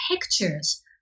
pictures